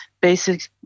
basic